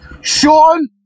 Sean